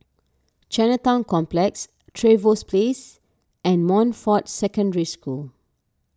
Chinatown Complex Trevose Place and Montfort Secondary School